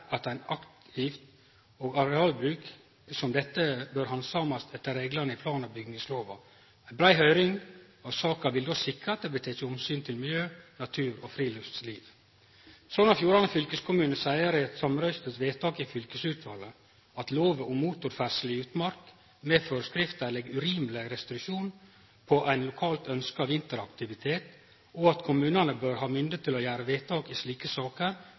at ein aktivitet og arealbruk som dette bør handsamast etter reglane i plan- og bygningslova. Ei brei høyring av saka vil då sikre at det blir teke omsyn til miljø, natur og friluftsliv. Sogn og Fjordane fylkeskommune seier i eit samrøystes vedtak i fylkesutvalet at lova om motorferdsle i utmark med forskrift legg urimelege restriksjonar på ein lokalt ønskt vinteraktivitet, og at kommunane bør ha mynde til å gjere vedtak i slike saker